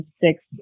six